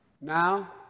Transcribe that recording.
Now